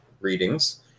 readings